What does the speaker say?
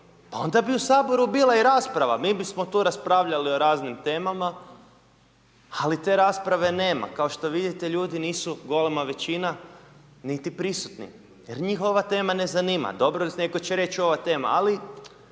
pa onda bi u Saboru bila i rasprava, mi bismo tu raspravljali o raznim temama, ali te rasprave nema, kao što vidite, ljudi nisu golema većina, niti prisutni, jer njih ova tema ne zanima. Dobro netko će reći ova tema, ali